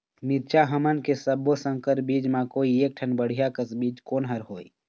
मिरचा हमन के सब्बो संकर बीज म कोई एक ठन बढ़िया कस बीज कोन हर होए?